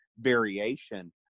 variation